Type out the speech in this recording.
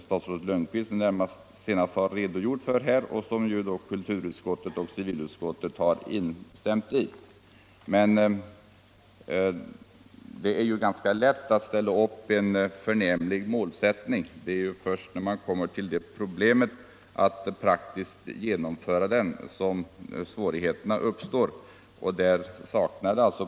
Statsrådet Lundkvist har redogjort för den, och kulturutskottet och civilutskottet har accepterat den. Men det är ganska lätt att ställa upp ett förnämligt mål. Det är först när man kommer till problemet att nå fram till målet som svårigheterna uppstår.